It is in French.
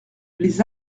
les